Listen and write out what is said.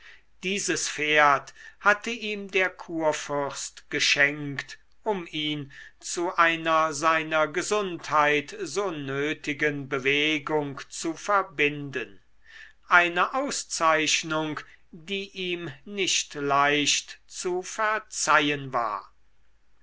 dieses pferd hatte ihm der kurfürst geschenkt um ihn zu einer seiner gesundheit so nötigen bewegung zu verbinden eine auszeichnung die ihm nicht leicht zu verzeihen war